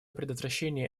предотвращения